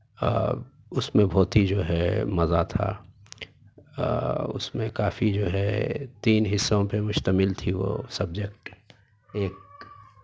اس میں بہت ہی جو ہے مزہ تھا اس میں کافی جو ہے تین حصوں پہ مشتمل تھی وہ سبجیکٹ ایک